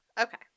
Okay